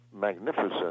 magnificent